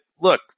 look